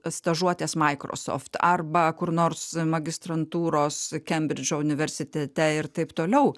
stažuotės microsoft arba kur nors magistrantūros kembridžo universitete ir taip toliau